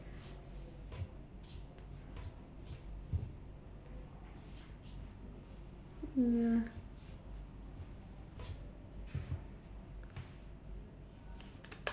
mm